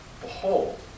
behold